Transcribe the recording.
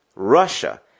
Russia